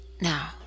Now